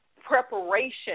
preparation